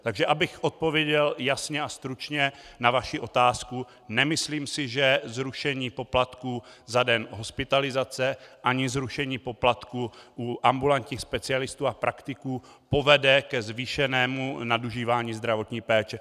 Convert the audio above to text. Takže abych odpověděl jasně a stručně na vaši otázku, nemyslím si, že zrušení poplatků za den hospitalizace nebo zrušení poplatků u ambulantních specialistů a praktiků povede ke zvýšenému nadužívání zdravotní péče.